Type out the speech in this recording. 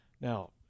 Now